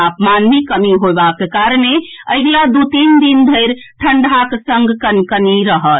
तापमान मे कमी होएबाक कारणे अगिला दू तीन दिन धरि ठंढ़ाक संग कनकनी रहत